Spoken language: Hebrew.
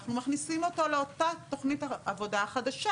אנחנו מכניסים אותו לאותה תוכנית עבודה חדשה,